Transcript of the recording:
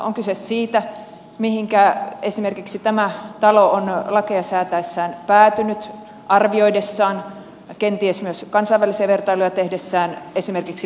on kyse siitä mihinkä esimerkiksi tämä talo on lakeja säätäessään päätynyt arvioidessaan kenties myös kansainvälisiä vertailuja tehdessään esimerkiksi presidentin palkkiota